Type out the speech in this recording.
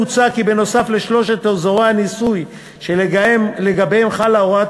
מוצע כי בנוסף לשלושת אזורי הניסוי שלגביהם חלה הוראת